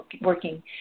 working